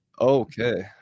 okay